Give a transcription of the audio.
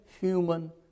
human